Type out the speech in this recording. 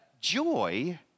joy